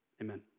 amen